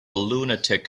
lunatic